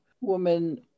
woman